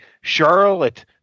Charlotte